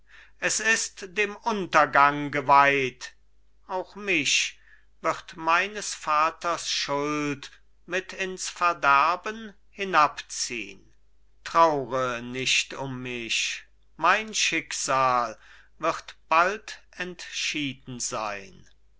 es ist dem untergang geweiht auch mich wird meines vaters schuld mit ins verderben hinabziehn traure nicht um mich mein schicksal wird bald entschieden sein